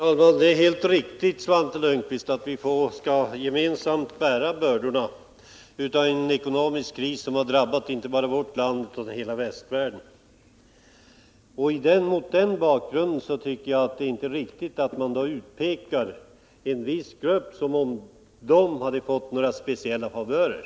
Herr talman! Det är helt riktigt, Svante Lundkvist, att vi skall gemensamt bära bördorna av en ekonomisk kris som har drabbat inte bara vårt land utan hela västvärlden. Men mot den bakgrunden tycker jag inte att det är riktigt attutpeka en viss grupp som om den hade fått några speciella favörer.